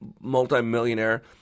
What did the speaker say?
multimillionaire